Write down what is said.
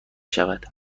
شود